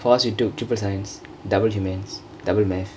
for us we took triple science double humans double math